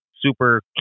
super